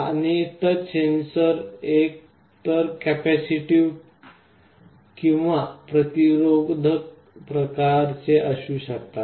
आणि touch sensor एकतर capacitive किंवा प्रतिरोधक प्रकारचे असू शकतात